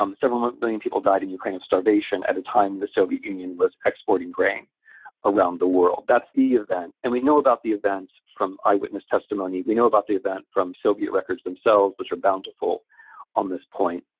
um several hundred million people died in ukraine of starvation at a time the soviet union was exporting grain around the world. that's the event. and we know about the event from eyewitness testimony. we know about the event from soviet records themselves, which are bountiful on this point.